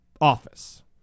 office